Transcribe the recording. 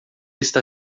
está